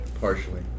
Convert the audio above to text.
Partially